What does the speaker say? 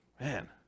man